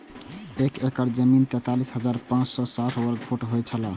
एक एकड़ जमीन तैंतालीस हजार पांच सौ साठ वर्ग फुट होय छला